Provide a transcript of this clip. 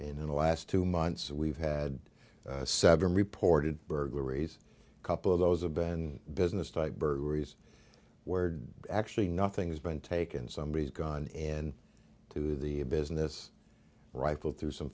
in the last two months we've had seven reported burglaries a couple of those have been business type burglaries word actually nothing's been taken somebody has gone in to the a business rifled through some